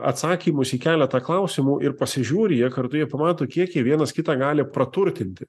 atsakymus į keletą klausimų ir pasižiūri jie kartu jie pamato kie jie vienas kitą gali praturtinti